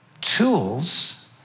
tools